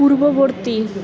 পূর্ববর্তী